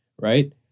Right